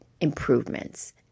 improvements